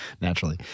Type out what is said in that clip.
naturally